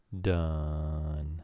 done